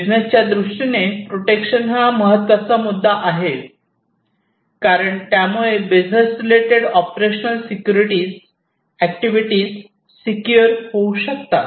बिझनेसच्या दृष्टीने प्रोटेक्शन हा महत्त्वाचा मुद्दा आहे कारण त्यामुळेच business related operational security activities secure होऊ शकतात